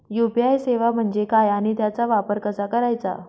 UPI सेवा म्हणजे काय आणि त्याचा वापर कसा करायचा?